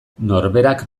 norberak